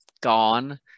gone